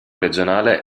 regionale